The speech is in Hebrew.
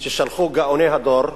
ששלחו גאוני הדור: